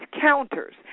counters